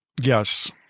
Yes